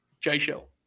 J-Shell